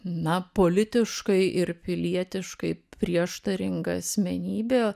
na politiškai ir pilietiškai prieštaringa asmenybė